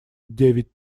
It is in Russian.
девять